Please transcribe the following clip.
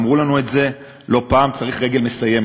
ואמרו לנו את זה לא פעם: צריך רגל מסיימת,